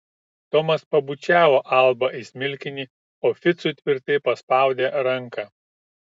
tomas pabučiavo albą į smilkinį o ficui tvirtai paspaudė ranką